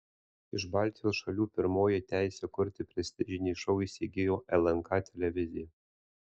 iš baltijos šalių pirmoji teisę kurti prestižinį šou įsigijo lnk televizija